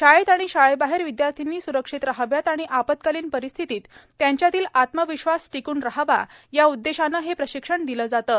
शाळेत आणि शाळेबाहेर विद्यार्थिनी सुरक्षित रहाव्यात आणि आपत्कालीन परिस्थितीत त्यांच्यातील आत्मविश्वास टिकून रहावा या उद्देशानं हे प्रशिक्षण दिलं जातं